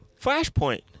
Flashpoint